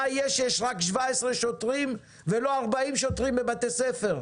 מה יהיה כשיש רק 17 שוטרים ולא 40 שוטרים בבתי ספר?